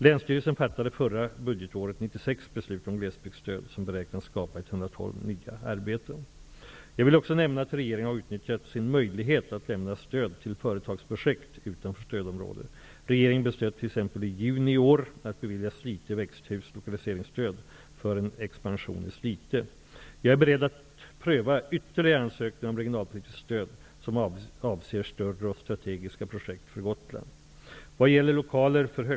Länsstyrelsen fattade förra budgetåret 96 beslut om glesbygdsstöd som beräknas skapa 112 nya arbeten. Jag vill också nämna att regeringen har utnyttjat sin möjlighet att lämna stöd till företagsprojekt utanför stödområdet. Regeringen beslöt t.ex. i juni i år att bevilja Slite Växthus AB lokaliseringsstöd för en expansion i Slite. Jag är beredd att pröva ytterligare ansökningar om regionalpolitiskt stöd som avser större och strategiska projekt på Gotland.